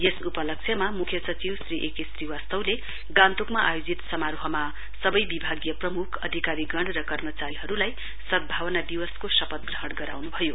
यस उपलक्ष्यमा मुख्य सचिव श्री ए के श्रीवास्तवले गान्तोकमा आयोजित समारोहमा सबै विभागीय प्रमुख अधिकारीगण र कर्मचारीहरूलाई सद्भावना दिवसको शपथ ग्रहण गराउनुभयो